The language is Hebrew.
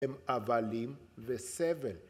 הם הבלים וסבל.